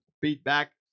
feedback